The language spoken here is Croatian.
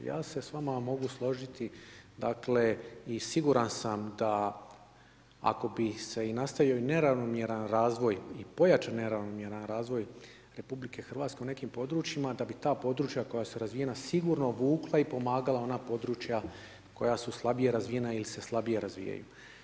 Ja se sa vama mogu složiti i siguran sam da ako bi se i nastavio i neravnomjeran razvoj i povećao neravnomjeran razvoj Republike Hrvatske u nekim područjima da bi ta područja koja su razvijena sigurno vukla i pomagala ona područja koja su slabije razvijena ili se slabije razvijaju.